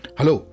Hello